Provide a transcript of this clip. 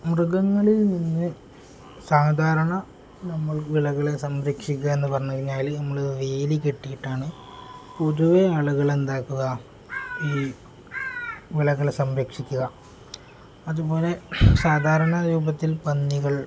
മൃഗങ്ങളിൽനിന്ന് സാധാരണ നമ്മൾ വിളകളെ സംരക്ഷിക്കുക എന്ന് പറഞ്ഞു കഴിഞ്ഞാൾ നമ്മൾ വേലി കെട്ടിയിട്ടാണ് പൊതുവെ ആളുകൾ എന്താക്കുക ഈ വിളകളെ സംരക്ഷിക്കുക അതുപോലെ സാധാരണ രൂപത്തിൽ പന്നികൾ